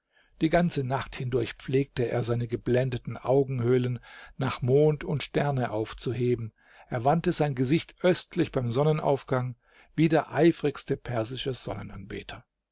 die ganze nacht hindurch pflegte er seine geblendeten augenhöhlen nach mond und sterne aufzuheben er wandte sein gesicht östlich beim sonnenaufgang wie der eifrigste persische sonnenanbeter